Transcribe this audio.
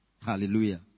Hallelujah